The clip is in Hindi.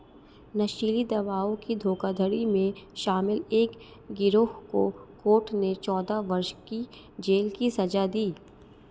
नशीली दवाओं की धोखाधड़ी में शामिल एक गिरोह को कोर्ट ने चौदह वर्ष की जेल की सज़ा दी